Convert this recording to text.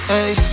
Hey